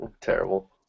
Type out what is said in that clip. Terrible